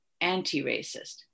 anti-racist